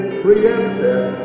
preempted